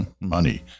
money